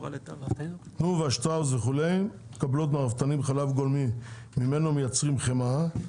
תנובה שטראוס וכו' מקבלות מהרפתנים חלב גולמי ממנו מייצרים חמאה,